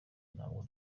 ntabwo